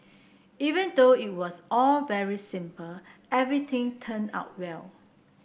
even though it was all very simple everything turned out well